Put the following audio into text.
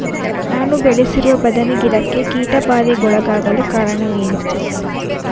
ನಾನು ಬೆಳೆಸಿರುವ ಬದನೆ ಗಿಡಕ್ಕೆ ಕೀಟಬಾಧೆಗೊಳಗಾಗಲು ಕಾರಣವೇನು?